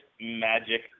Magic